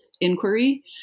inquiry